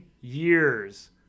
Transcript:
years